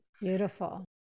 Beautiful